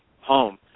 home